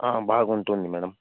బాగుంటుంది మేడం